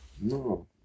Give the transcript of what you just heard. No